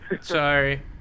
Sorry